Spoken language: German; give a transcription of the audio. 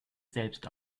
selbst